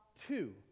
two